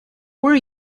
were